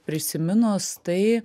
prisiminus tai